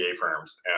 firms